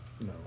No